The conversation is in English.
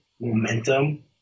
momentum